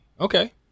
Okay